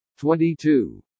22